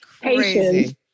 Patience